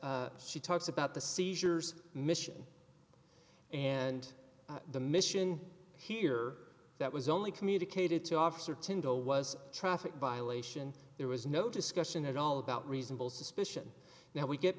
says she talks about the seizures mission and the mission here that was only communicated to officer tendo was traffic violation there was no discussion at all about reasonable suspicion now we get